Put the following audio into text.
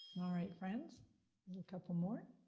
all right, friends couple more.